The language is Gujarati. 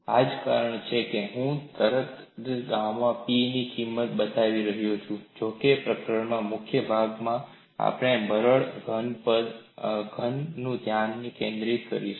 આ જ કારણ છે કે હું તરત જ ગામા પી ની કિંમત બતાવી રહ્યો છું જોકે આ પ્રકરણમાં મુખ્ય ભાગમાં આપણે બરડ ઘન પર ધ્યાન કેન્દ્રિત કરીશું